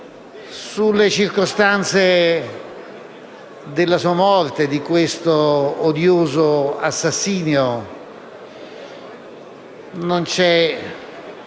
Sulle circostanze della sua morte e di questo odioso assassinio non c'è